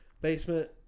basement